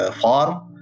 farm